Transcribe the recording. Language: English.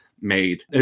made